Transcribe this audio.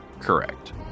Correct